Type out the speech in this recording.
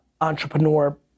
entrepreneur